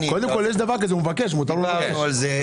מותר לו לבקש.